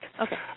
Okay